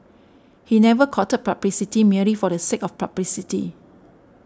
he never courted publicity merely for the sake of publicity